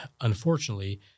unfortunately